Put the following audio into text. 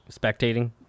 spectating